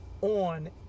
on